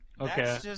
Okay